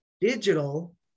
digital